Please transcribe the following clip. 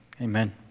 amen